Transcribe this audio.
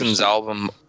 album